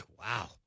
wow